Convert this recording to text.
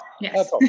Yes